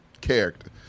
character